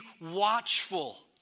watchful